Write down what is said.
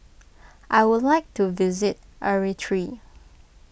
I would like to visit Eritrea